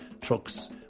trucks